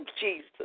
Jesus